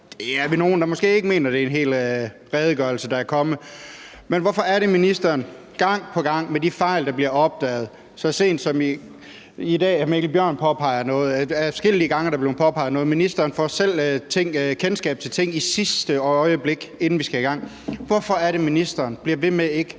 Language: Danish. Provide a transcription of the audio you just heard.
Der er vi nogle, der måske ikke mener, at det ikke er en hel redegørelse, der kommet. Men hvorfor er det, at ministeren gang på gang med de fejl, der bliver opdaget – så sent som i dag har hr. Mikkel Bjørn påpeget noget, og adskillige gange er der blevet påpeget noget – først får kendskab til ting i sidste øjeblik, inden vi skal i gang? Hvorfor er det, ministeren bliver ved med ikke